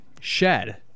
shed